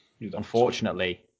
Unfortunately